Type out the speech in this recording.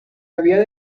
había